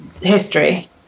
history